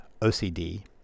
OCD